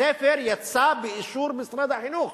הספר יצא באישור משרד החינוך.